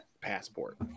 passport